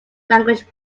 language